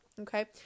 okay